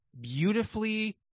beautifully